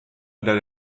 oder